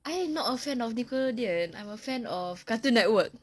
I am not a fan of nickelodeon I'm a fan of cartoon network